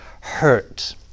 hurt